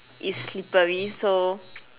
it's slippery so